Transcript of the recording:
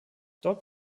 dort